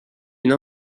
une